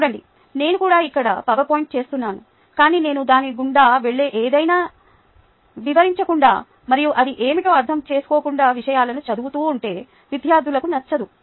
చూడండి నేను కూడా ఇక్కడే పవర్పాయింట్ చేస్తున్నాను కాని నేను దాని గుండా వెళ్లి ఏదైనా వివరించకుండా మరియు అది ఏమిటో అర్థం చేసుకోకుండా విషయాలు చదువుతూ ఉంటే విద్యార్డులకి నచ్చదు